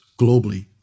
globally